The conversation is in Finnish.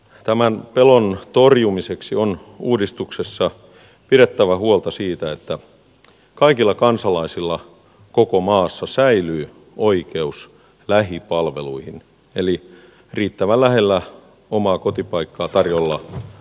tämän pelon torjumiseksi on uudistuksessa pidettävä huolta siitä että kaikilla kansalaisilla koko maassa säilyy oikeus lähipalveluihin eli riittävän lähellä omaa kotipaikkaa tarjolla oleviin peruspalveluihin